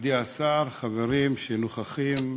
מכובדי השר, חברים שנוכחים,